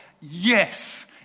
Yes